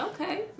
Okay